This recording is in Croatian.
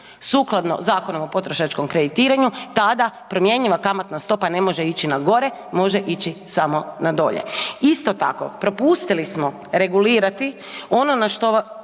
sukladno Zakonu o potrošačkom kreditiranju, tada promjenjiva kamatna stopa ne može ići na gore, može ići samo na dolje. Isto tako, propustili smo regulirati ono na što